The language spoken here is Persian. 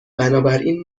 بنابراین